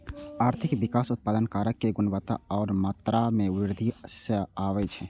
आर्थिक विकास उत्पादन कारक के गुणवत्ता आ मात्रा मे वृद्धि सं आबै छै